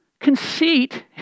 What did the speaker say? Conceit